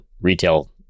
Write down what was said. retail